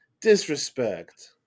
Disrespect